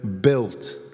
built